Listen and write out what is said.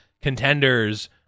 contenders